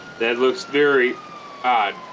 that looks very odd